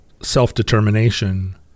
self-determination